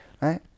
right